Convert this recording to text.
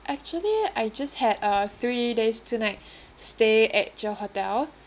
actually I just had a three days two night stay at your hotel